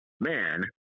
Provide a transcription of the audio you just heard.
man